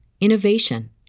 innovation